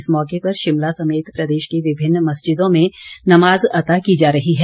इस मौके पर शिमला समेत प्रदेश की विभिन्न मस्जिदों में नमाज अता की जा रही है